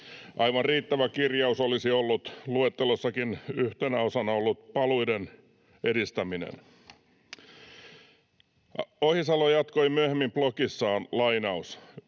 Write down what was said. Aivan riittävä kirjaus olisi ollut luettelossakin yhtenä osana ollut paluiden edistäminen. Ohisalo jatkoi myöhemmin blogissaan: ”Yksi